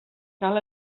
cal